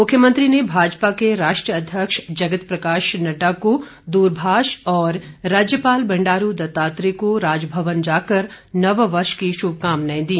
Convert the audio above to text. मुख्यमंत्री ने भाजपा के राष्ट्रीय अध्यक्ष जगत प्रकाश नड्डा को द्रभाष और राज्यपाल बंडारू दत्तत्रेय को राजभवन जाकर नववर्ष की शुभकामनाएं दी